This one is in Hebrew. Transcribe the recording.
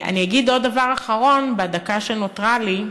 אני אגיד עוד דבר אחרון בדקה שנותרה לי,